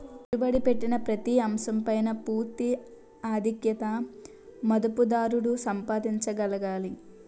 పెట్టుబడి పెట్టిన ప్రతి అంశం పైన పూర్తి ఆధిక్యత మదుపుదారుడు సంపాదించగలగాలి